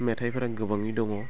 मेथाइफोरा गोबाङै दङ